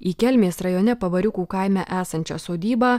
į kelmės rajone pabariukų kaime esančią sodybą